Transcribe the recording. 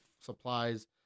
supplies